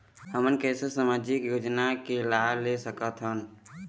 हमन कैसे सामाजिक योजना के लाभ ले सकथन?